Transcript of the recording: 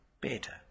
better